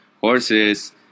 horses